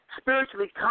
spiritually